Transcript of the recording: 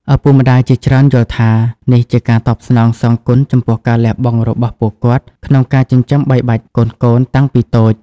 ឪពុកម្ដាយជាច្រើនយល់ថា នេះជាការតបស្នងសងគុណចំពោះការលះបង់របស់ពួកគាត់ក្នុងការចិញ្ចឹមបីបាច់កូនៗតាំងពីតូច។